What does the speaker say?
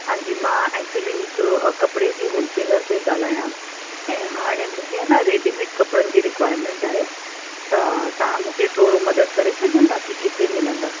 हां जी मां एक्चुअली हिकिड़ो कपिड़े जी होल सेलर पई ॻाल्हायां ऐं हाणे मूंखे हा न रेडीमेड कपिड़नि जी रिक्वायरमेंट आहे त तव्हां मूंखे थोरो मदद करे सघंदा की किथे मिलंदा